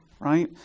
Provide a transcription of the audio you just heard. right